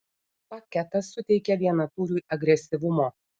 paketas suteikia vienatūriui agresyvumo